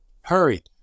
hurry